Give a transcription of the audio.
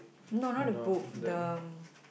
no not the book the